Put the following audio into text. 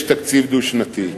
יש תקציב דו-שנתי.